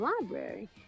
Library